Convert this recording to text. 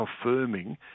affirming